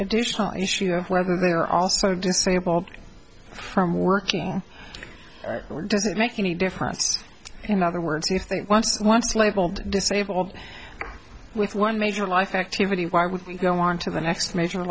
additional issue of whether they are also disabled from working or does it make any difference in other words if they want once labeled disabled with one major life activity why would you go on to the next major